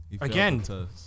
Again